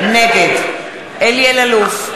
נגד אלי אלאלוף,